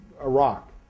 Iraq